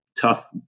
tough